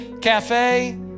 Cafe